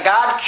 God